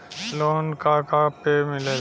Loan का का पे मिलेला?